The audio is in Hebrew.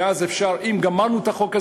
ואם גמרנו את החוק,